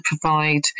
provide